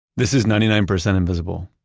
this is ninety nine percent invisible.